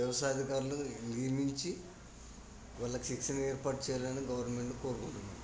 వ్యవసాయ అధికారులు నియమించి వాళ్ళకి శిక్షణ ఏర్పాటు చేయాలని గవర్నమెంట్ను కోరుకుంటున్నాం